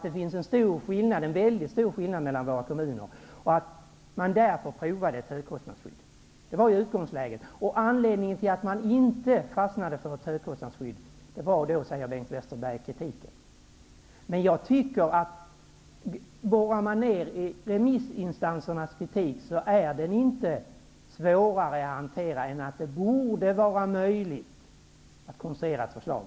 Det finns en mycket stor skillnad mellan våra kommuner, och det var därför som man prövade ett högkostnadsskydd. Det var utgångsläget. Anledningen till att man inte fastnade för ett högkostnadsskydd var kritiken, säger Bengt Westerberg. Men om man tränger in i remissinstansernas kritik ser man att den inte är svårare än att det borde vara möjligt att konstruera ett förslag.